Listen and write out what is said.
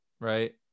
right